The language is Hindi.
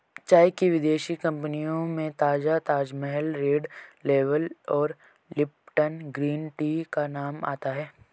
चाय की विदेशी कंपनियों में ताजा ताजमहल रेड लेबल और लिपटन ग्रीन टी का नाम आता है